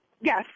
Yes